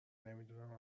نمیدونم